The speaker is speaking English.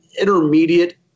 intermediate